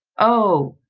oh!